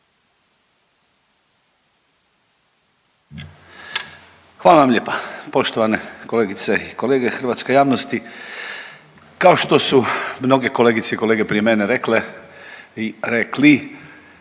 Hvala vam lijepa. Poštovane kolegice i kolege, hrvatska javnosti. Kao što su mnoge kolegice i kolege prije mene rekle i rekli